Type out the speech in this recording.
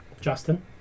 Justin